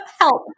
help